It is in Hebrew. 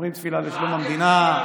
אומרים תפילה לשלום המדינה,